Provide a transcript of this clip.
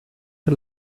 her